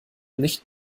nicht